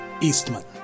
Eastman